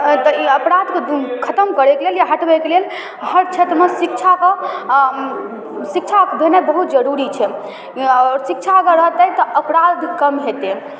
तऽ ई अपराधके खतम करैके लेल या हटबैके लेल हर क्षेत्रमे शिक्षाके शिक्षा भेनाइ बहुत जरूरी छै शिक्षा अगर रहतै तऽ अपराध कम हेतै